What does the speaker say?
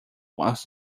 was